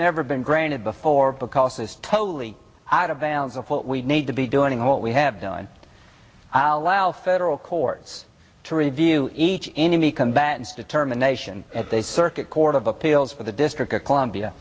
never been granted before because it is totally out of bounds of what we need to be doing what we have done i'll allow federal courts to review each enemy combattants determination at the circuit court of appeals for the district of columbia